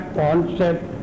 concept